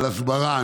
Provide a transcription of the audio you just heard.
על הסברה,